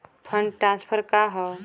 Fund transfer का हव?